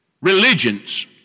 religions